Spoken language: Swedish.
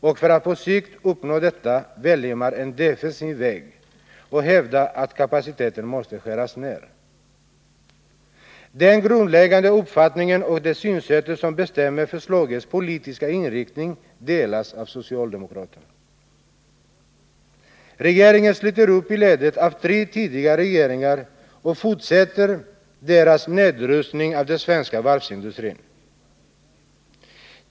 Och för att på sikt uppnå detta väljer man en defensiv väg och hävdar att kapaciteten måste skäras ned. Den grundläggande uppfattning och det synsätt som bestämmer förslagets politiska inriktning delas av socialdemokratin. Regeringen sluter upp i ledet av tre tidigare regeringar och fortsätter deras nedrustning av den svenska varvsindustrin.